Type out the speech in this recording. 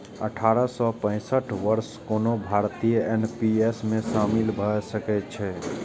अठारह सं पैंसठ वर्षक कोनो भारतीय एन.पी.एस मे शामिल भए सकै छै